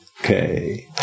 Okay